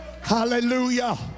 Hallelujah